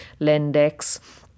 Lendex